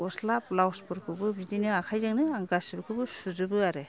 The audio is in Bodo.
गस्ला ब्लावसफोरखौबो बिदिनो आखाइजोंनो आं गासिबखौबो सुजोबो आरो